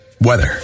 weather